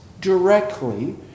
directly